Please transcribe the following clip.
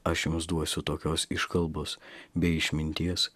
aš jums duosiu tokios iškalbos bei išminties